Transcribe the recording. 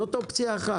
זאת אופציה אחת.